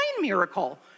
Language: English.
miracle